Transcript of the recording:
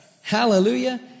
Hallelujah